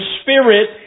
Spirit